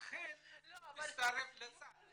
אכן הוא מצטרף לצד.